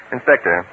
Inspector